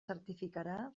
certificarà